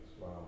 Wow